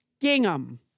Gingham